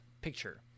picture